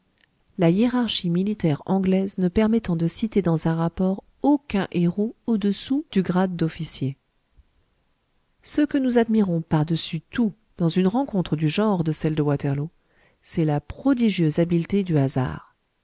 la hiérarchie militaire anglaise ne permettant de citer dans un rapport aucun héros au-dessous du grade d'officier ce que nous admirons par-dessus tout dans une rencontre du genre de celle de waterloo c'est la prodigieuse habileté du hasard